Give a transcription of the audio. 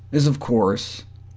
is of course,